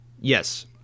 Yes